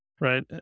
Right